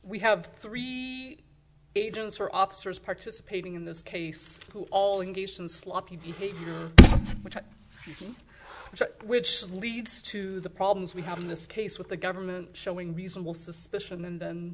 we have three agents or officers participating in this case who all engaged in sloppy behavior which which leads to the problems we have in this case with the government showing reasonable suspicion and